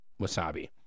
Wasabi